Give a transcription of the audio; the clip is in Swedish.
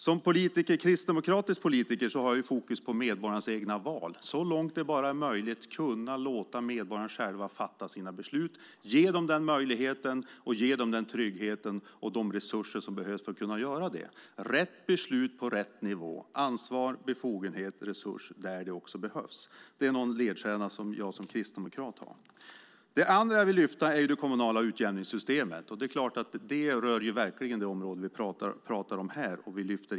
Som kristdemokratisk politiker har jag fokus på medborgarnas egna val, att så långt det bara är möjligt kunna låta medborgarna själva fatta sina beslut. Ge dem den möjligheten, ge dem den tryggheten och de resurser som behövs för att kunna göra det. Rätt beslut på rätt nivå - ansvar, befogenhet och resurs där det också behövs. Det är den ledstjärna som jag som kristdemokrat har. Det andra jag vill lyfta fram är det kommunala utjämningssystemet. Det är klart att det verkligen rör det område vi pratar om här.